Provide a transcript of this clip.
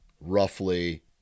roughly